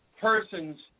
persons